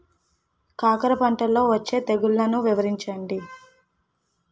కాకర పంటలో వచ్చే తెగుళ్లను వివరించండి?